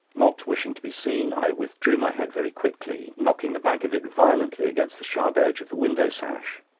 not wishing to be seen, i withdrew my head very quickly, knocking the back of it violently against the sharp edge of the window-sash.